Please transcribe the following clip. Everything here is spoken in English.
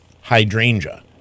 hydrangea